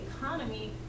economy